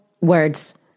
words